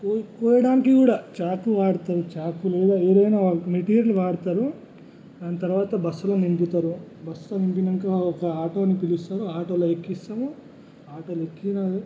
కో కోయడానికి కూడా చాకు వాడతారు చాకులు ఏదైనా మెటీరియల్ వాడతారు దాని తర్వాత బస్లో నింపుతారు బస్ నింపినాక ఒక ఆటోని పిలుస్తారు ఆటోలో ఎక్కిస్తాము ఆటోలో ఎక్కినా